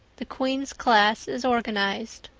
the queens class is organized